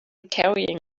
carrying